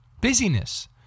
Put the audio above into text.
busyness